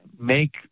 make